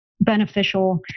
beneficial